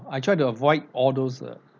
I try to avoid all those